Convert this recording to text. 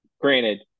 granted